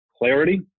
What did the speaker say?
clarity